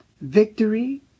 victory